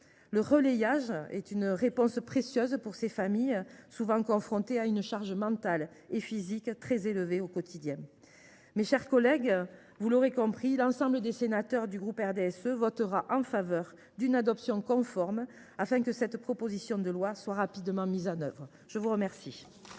Le relayage est une réponse précieuse pour ces familles, souvent confrontées à une charge mentale et physique très élevée au quotidien. Mes chers collègues, vous l’aurez compris, l’ensemble des sénateurs du groupe RDSE votera en faveur d’une adoption conforme, afin que cette proposition de loi soit rapidement mise en œuvre. La parole